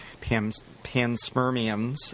panspermiums